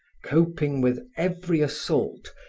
coping with every assault,